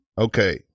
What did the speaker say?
okay